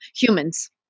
humans